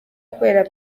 kubera